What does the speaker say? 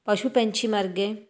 ਪਸ਼ੂ ਪੰਛੀ ਮਰ ਗਏ